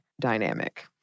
dynamic